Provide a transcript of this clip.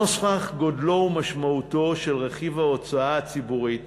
נוכח גודלו ומשמעותו של רכיב ההוצאה הציבורית